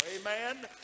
Amen